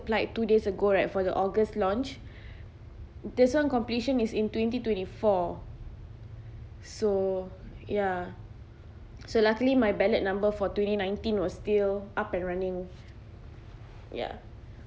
applied two days ago right for the august launch this one completion is in twenty twenty four so ya so luckily my ballot number for twenty nineteen was still up and running ya